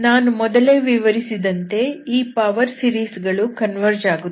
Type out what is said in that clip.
ನಾನು ಮೊದಲೇ ವಿವರಿಸಿದಂತೆ ಈ ಪವರ್ ಸೀರೀಸ್ ಗಳು ಕನ್ವರ್ಜ್ ಆಗುತ್ತವೆ